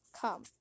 Come